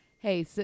Hey